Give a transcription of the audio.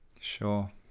Sure